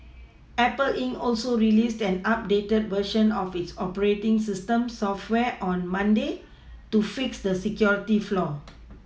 Apple inc also released an updated version of its operating system software on Monday to fix the security flaw